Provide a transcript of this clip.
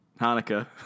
Hanukkah